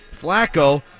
Flacco